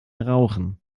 rauchen